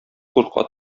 курка